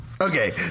Okay